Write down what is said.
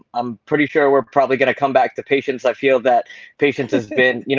i'm pretty sure we're probably going to come back to patients. i feel that patients has been, you